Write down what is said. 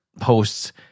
posts